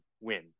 win